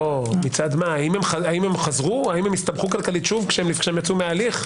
האם חזרו או הסתבכו מכלכלית שוב כשיצאו מההליך?